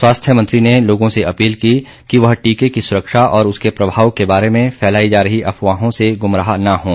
स्वास्थ्य मंत्री ने लोगों से अपील की कि वह टीके की सुरक्षा और उसके प्रभाव के बारे में फैलाई जा रही अफवाहों से गुमराह न हों